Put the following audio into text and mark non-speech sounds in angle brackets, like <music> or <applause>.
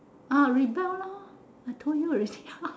ah rebel lor I told you already <laughs>